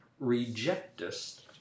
rejectest